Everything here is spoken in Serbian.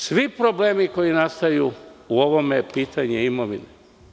Svi problemi koji nastaju u ovome je pitanje imovine.